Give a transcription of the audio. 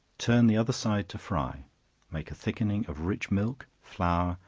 turn the other side to fry make a thickening of rich milk, flour,